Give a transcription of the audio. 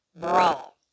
brawl